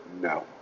no